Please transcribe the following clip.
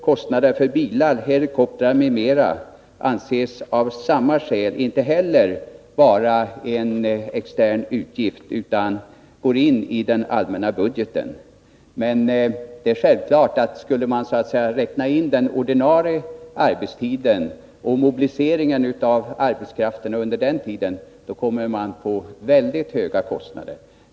Kostnader för bilar, helikoptrar m.m. anses av samma skäl inte heller vara externa utgifter utan går in i den allmänna budgeten. Men det är självklart att skulle man räkna in den ordinarie arbetstiden och mobiliseringen av arbetskraften under den tiden skulle man komma till väldigt höga kostnader.